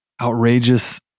outrageous